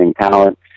talent